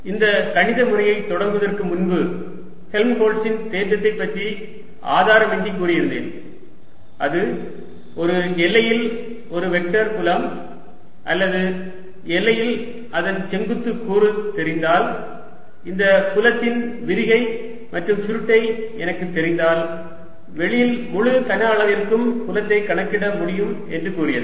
Erρ0 இந்த கணித முறையைத் தொடங்குவதற்கு முன்பு ஹெல்ம்ஹோல்ட்ஸின் தேற்றத்தைப் பற்றி ஆதாரமின்றி கூறியிருந்தேன் அது ஒரு எல்லையில் ஒரு வெக்டர் புலம் அல்லது எல்லையில் அதன் செங்குத்துக் கூறு தெரிந்தால் இந்த புலத்தின் விரிகை மற்றும் சுருட்டை எனக்குத் தெரிந்தால் வெளியில் முழு கன அளவிற்கும் புலத்தை கணக்கிட முடியும் என்று கூறியது